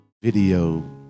video